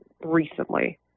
recently